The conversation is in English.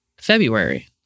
February